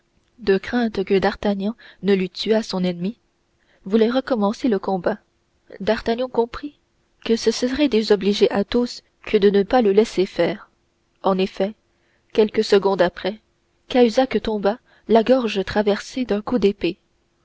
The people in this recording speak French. de crainte que d'artagnan ne lui tuât son ennemi voulait recommencer le combat d'artagnan comprit que ce serait désobliger athos que de ne pas le laisser faire en effet quelques secondes après cahusac tomba la gorge traversée d'un coup d'épée